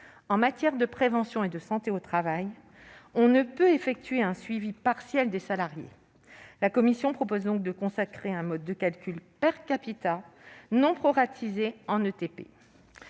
en matière de prévention et de santé au travail, on ne peut effectuer un suivi partiel des salariés. La commission propose donc de consacrer un mode de calcul, et non proratisé en ETP.